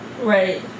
Right